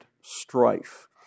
strife